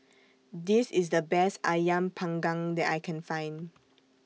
This IS The Best Ayam Panggang that I Can Find